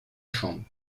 chambre